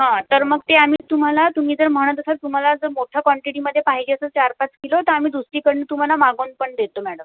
हां तर मग ते आम्ही तुम्हाला तुम्ही जर म्हणत असाल तुम्हाला असं मोठ्या कॉन्टिटीमध्ये पाहिजे असेल चार पाच किलो तर आम्ही दुसरीकडून तुम्हाला मागवून पण देतो मॅडम